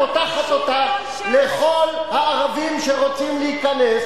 את פותחת אותה לכל הערבים שרוצים להיכנס